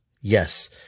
Yes